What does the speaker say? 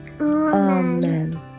Amen